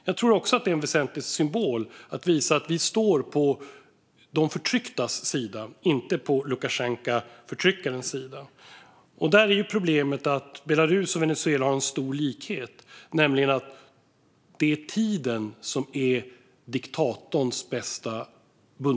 Jag tror att det är en väsentlig symbol att visa att vi står på de förtrycktas sida och inte på förtryckarens, Lukasjenkos, sida. Belarus och Venezuela har här en stor likhet, och det är att tiden är diktatorns bästa bundsförvant.